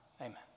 Amen